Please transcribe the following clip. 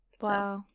wow